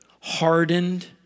hardened